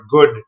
good